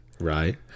right